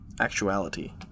actuality